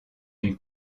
une